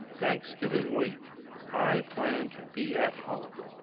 thanksgiving week i plan to be at home.